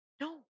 no